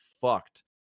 fucked